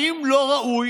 האם לא ראוי